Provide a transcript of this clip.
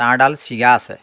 তাঁৰডাল ছিগা আছে